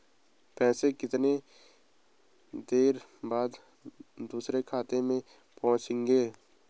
पैसे कितनी देर बाद दूसरे खाते में पहुंचेंगे?